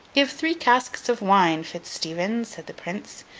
give three casks of wine, fitz-stephen said the prince,